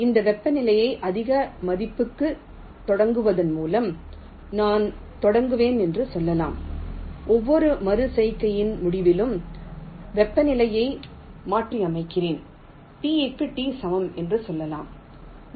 இந்த வெப்பநிலையை அதிக மதிப்புக்குத் தொடங்குவதன் மூலம் நான் தொடங்குவேன் என்று சொல்லலாம் ஒவ்வொரு மறு செய்கையின் முடிவிலும் வெப்பநிலையை மாற்றியமைக்கிறேன் T க்கு T க்கு சமம் என்று சொல்லலாம் 0